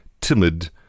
timid